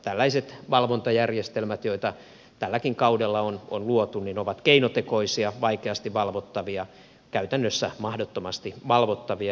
tällaiset valvontajärjestelmät joita tälläkin kaudella on luotu ovat keinotekoisia vaikeasti valvottavia käytännössä mahdottomasti valvottavia